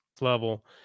level